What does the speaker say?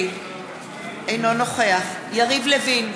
אינו נוכח יריב לוין,